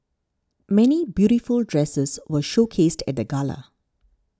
many beautiful dresses were showcased at the gala